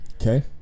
Okay